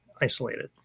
isolated